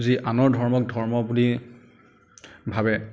যি আনৰ ধৰ্মক ধৰ্ম বুলি ভাৱে